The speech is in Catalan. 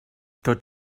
tot